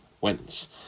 wins